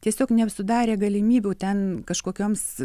tiesiog nesudarė galimybių ten kažkokioms